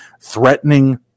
threatening